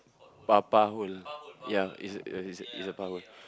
putt putt hole ya is it is it it's a putt hole